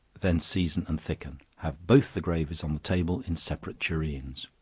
then season and thicken have both the gravies on the table in separate tureens.